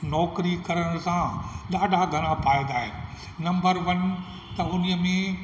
नौकिरी करण सां ॾाढा घणा फ़ाइदा आहिनि नम्बर वन त उन्हीअ में